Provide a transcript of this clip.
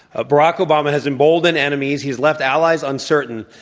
ah barack obama has emboldened enemies. he has left allies uncertain.